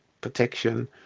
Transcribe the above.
protection